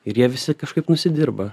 ir jie visi kažkaip nusidirba